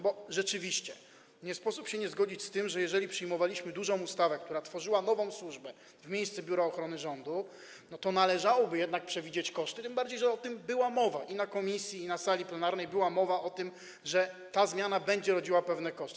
Bo rzeczywiście nie sposób się nie zgodzić z tym, że jeżeli przyjmowaliśmy dużą ustawę, która tworzyła nową służbę w miejsce Biura Ochrony Rządu, to należałoby jednak przewidzieć koszty, tym bardziej że była mowa o tym, i w komisji, i na sali plenarnej była mowa o tym, że ta zmiana będzie rodziła pewne koszty.